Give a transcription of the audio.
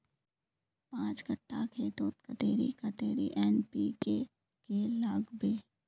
पाँच कट्ठा खेतोत कतेरी कतेरी एन.पी.के के लागबे?